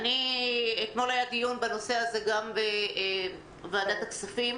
אתמול היה דיון בנושא הזה גם בוועדת הכספים.